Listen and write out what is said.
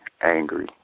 angry